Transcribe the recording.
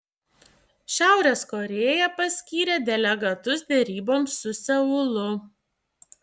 šiaurės korėja paskyrė delegatus deryboms su seulu